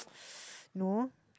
no